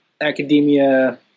academia